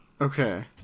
Okay